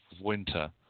winter